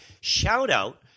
shout-out